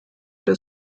der